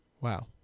Wow